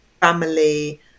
family